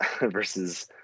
versus